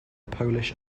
polish